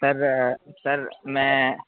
سر sir میں